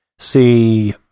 See